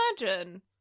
imagine